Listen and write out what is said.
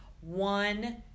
one